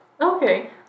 Okay